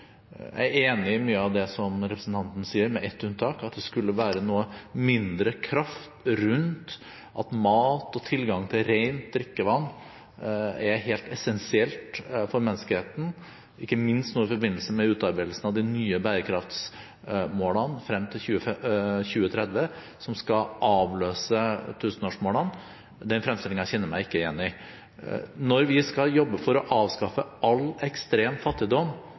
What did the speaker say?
Jeg er enig i mye av det representanten Navarsete sier, med ett unntak, at det skulle være noe mindre kraft nå rundt at mat og tilgang til rent drikkevann er helt essensielt for menneskeheten, ikke minst nå i forbindelse med utarbeidelsen av de nye bærekraftsmålene frem til 2030, som skal avløse tusenårsmålene. Den fremstillingen kjenner jeg meg ikke igjen i. Når vi skal jobbe for å avskaffe all ekstrem fattigdom